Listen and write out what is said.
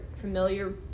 familiar